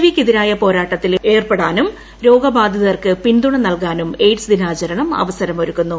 V ക്കെതിരായ പോരാട്ടത്തിൽ ഏർപ്പെടാനും രോഗബാധിതർക്ക് പിന്തുണ നൽകാനും എയിഡ്സ് ദിനാചരണം അവസരമൊരുക്കുന്നു